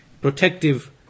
protective